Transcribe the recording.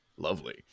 Lovely